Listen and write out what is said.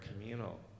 communal